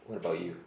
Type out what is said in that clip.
what about you